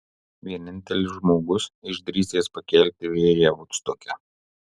vienintelis žmogus išdrįsęs pakelti vėją vudstoke